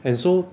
and so